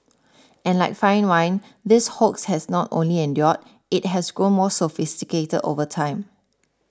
and like fine wine this hoax has not only endured it has grown more sophisticated over time